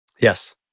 Yes